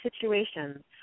situations